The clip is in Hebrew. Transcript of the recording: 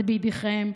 זה בידיכם.